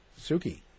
Suki